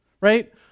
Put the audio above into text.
right